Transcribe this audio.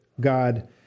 God